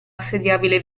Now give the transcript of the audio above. assediabile